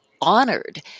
honored